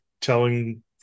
telling